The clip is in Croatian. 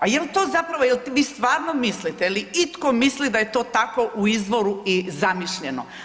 A jel' to zapravo, jel' vi stvarno mislite, jel' itko misli da je to tako u izvoru i zamišljeno.